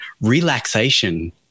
relaxation